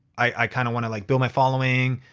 i kinda wanna like build my following,